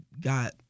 got